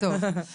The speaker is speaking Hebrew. טוב, בבקשה.